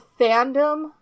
fandom